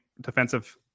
defensive